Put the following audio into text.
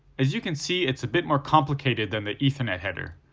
as you can see, it's a bit more complicated than the ethernet header.